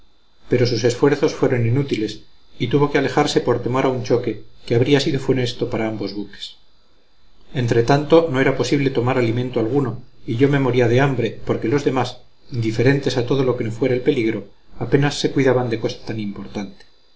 pero sus esfuerzos fueron inútiles y tuvo que alejarse por temor a un choque que habría sido funesto para ambos buques entre tanto no era posible tomar alimento alguno y yo me moría de hambre porque los demás indiferentes a todo lo que no fuera el peligro apenas se cuidaban de cosa tan importante